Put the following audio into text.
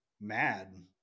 mad